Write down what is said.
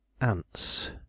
ants